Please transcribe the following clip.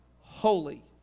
holy